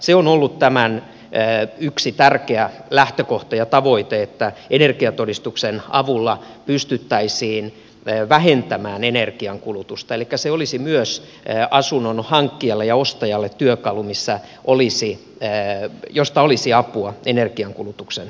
se on ollut tämän yksi tärkeä lähtökohta ja tavoite että energiatodistuksen avulla pystyttäisiin vähentämään energiankulutusta elikkä se olisi myös asunnon hankkijalle ja ostajalle työkalu josta olisi apua energiankulutuksen vähentämisessä